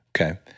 Okay